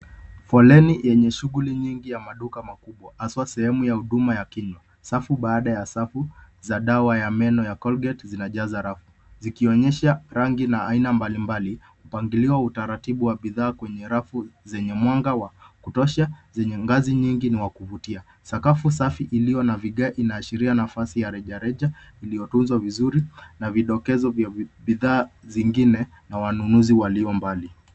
Foleni yenye shughuli nyingi ya maduka makubwa, haswa, sehemu ya huduma ya kinywa. Safu baada ya safu za dawa ya meno ya Colgate, zinajaza rafu zikionyesha rangi na aina mbali mbali , mpangilio wa utaratibu wa bidhaa kwenye rafu zenye mwanga wa kutosha, zenye ngazi nyingi na wakuvutia. Sakafu safi iliyo na vigae inaashiria nafasi ya rejareja iliyotunzwa vizuri, na vidokezo vya bidhaa zingine, na wanunuzi walio mbali.